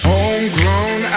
Homegrown